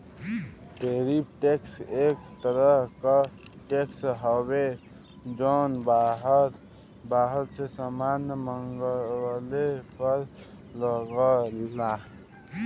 tariff tax एक तरह क टैक्स हउवे जौन बाहर से सामान मंगवले पर लगला